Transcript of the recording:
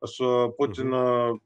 su putinu